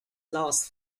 last